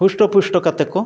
ᱦᱩᱥᱴᱚ ᱯᱩᱥᱴᱚ ᱠᱟᱛᱮ ᱠᱚ